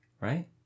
right